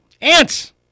Ants